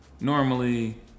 Normally